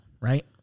right